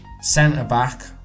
centre-back